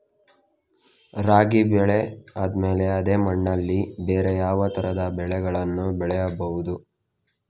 ರಾಗಿ ಬೆಳೆ ಆದ್ಮೇಲೆ ಅದೇ ಮಣ್ಣಲ್ಲಿ ಬೇರೆ ಯಾವ ತರದ ಬೆಳೆಗಳನ್ನು ಬೆಳೆಯಬಹುದು?